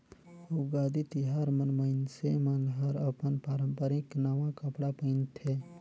उगादी तिहार मन मइनसे मन हर अपन पारंपरिक नवा कपड़ा पहिनथे